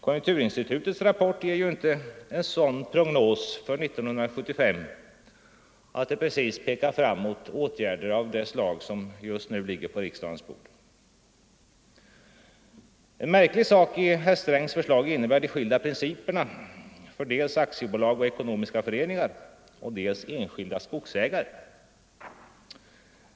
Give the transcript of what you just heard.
Konjunkturinstitutets rapport ger ju inte en sådan prognos för 1975 att det precis pekar fram mot åtgärder av det slag som just nu ligger på riksdagens bord. En märklig sak i herr Strängs förslag är de skilda principerna för dels aktiebolag och ekonomiska föreningar, dels enskilda skogsägare.